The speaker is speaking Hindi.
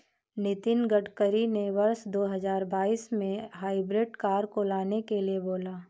नितिन गडकरी ने वर्ष दो हजार बाईस में हाइब्रिड कार को लाने के लिए बोला